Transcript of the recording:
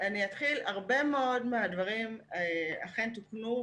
הרבה מאוד מן הדברים אכן תוקנו,